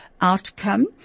outcome